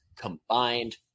combined